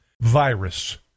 virus